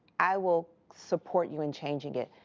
i will support you in changing it.